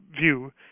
view